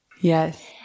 Yes